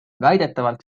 väidetavalt